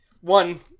one